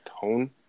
tone